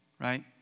right